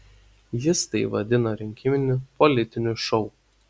jis tai vadino rinkiminiu politiniu šou